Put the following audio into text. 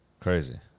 Crazy